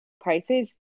prices